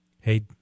Hey